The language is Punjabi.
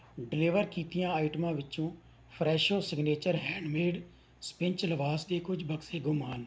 ਡਿਲੀਵਰ ਕੀਤੀਆਂ ਆਈਟਮਾਂ ਵਿੱਚੋਂ Fresho signature handmade spinach lavash ਦੇ ਕੁਝ ਬਕਸੇ ਗੁੰਮ ਹਨ